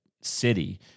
city